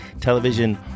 television